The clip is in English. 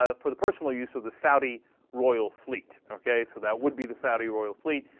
ah for the personal use of the saudi royal fleet okay so that would be the saudi royal fleet